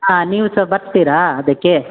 ಹಾಂ ನೀವು ಸಹ ಬರ್ತೀರ ಅದಕ್ಕೆ